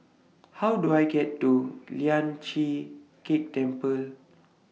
How Do I get to Lian Chee Kek Temple